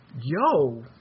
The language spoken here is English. yo